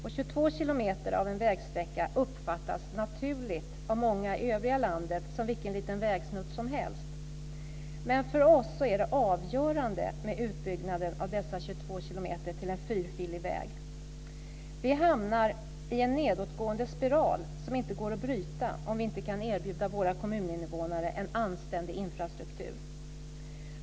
22 kilometer av en vägsträcka uppfattas av många i övriga landet som vilken lite vägsnutt som helst. Men för oss är det avgörande med en utbyggnad av dessa 22 kilometer till en fyrfilig väg. Vi hamnar i en nedåtgående spiral som inte går att bryta om vi inte kan erbjuda våra kommuninnevånare en anständig infrastruktur.